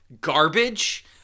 garbage